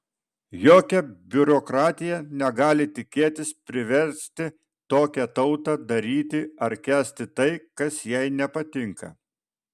jokia biurokratija negali tikėtis priversti tokią tautą daryti ar kęsti tai kas jai nepatinka